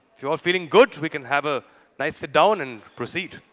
if you're all feeling good, we can have a nice sit down and proceed.